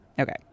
Okay